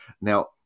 Now